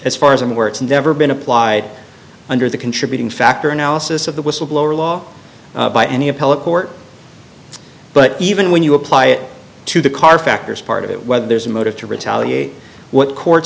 as far as i'm aware it's never been applied under the contributing factor analysis of the whistleblower law by any appellate court but even when you apply it to the car factors part of it whether there's a motive to retaliate what court